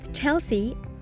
Chelsea